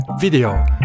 video